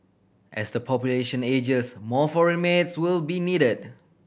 as the population ages more foreign maids will be needed